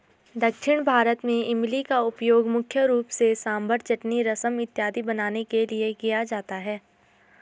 दक्षिण भारत में इमली का उपयोग मुख्य रूप से सांभर चटनी रसम इत्यादि बनाने के लिए किया जाता है